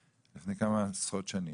לפני כמה עשרות שנים,